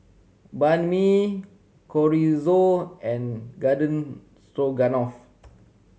Banh Mi Chorizo and Garden Stroganoff